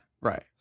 Right